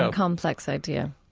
so complex idea